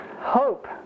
hope